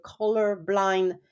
colorblind